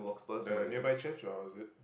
the nearby church or is it